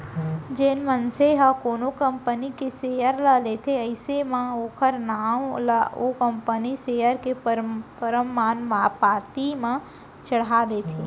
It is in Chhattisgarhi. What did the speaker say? जेन मनसे ह कोनो कंपनी के सेयर ल लेथे अइसन म ओखर नांव ला ओ कंपनी सेयर के परमान पाती म चड़हा देथे